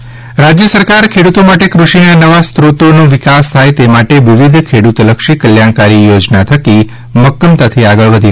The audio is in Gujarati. કળદ રાજ્ય સરકાર ખેડૂતો માટે કૃષિના નવા સ્ત્રોતોનો વિકાસ થાય તે માટે વિવિધ ખેડૂતલક્ષી કલ્યાણકારી યોજના થકી મક્કમતાથી આગળ વધી રહી છે